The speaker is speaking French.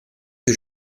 que